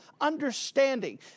understanding